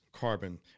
carbon